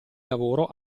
lavoro